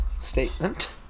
statement